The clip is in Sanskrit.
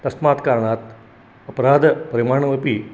तस्मात्कारणात् अपराधपरिमाणमपि